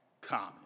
common